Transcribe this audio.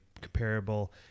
comparable